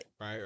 right